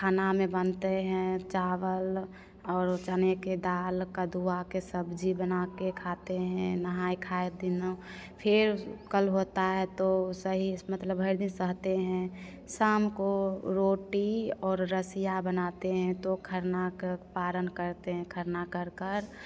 खाना में बनते हैं चावल और चने की दाल कदुआ के सब्जी बना कर खाते हैं नहाय खाय दिन फिर कल होता है तो सही से मतलब भर दिन सहते हैं शाम को रोटी और रसियाव बनाते हैं तो खरना का पारन करते हैं खरना कर कर